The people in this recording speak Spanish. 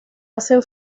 hacen